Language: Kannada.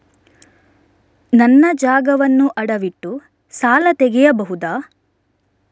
ನನ್ನ ಜಾಗವನ್ನು ಅಡವಿಟ್ಟು ಸಾಲ ತೆಗೆಯಬಹುದ?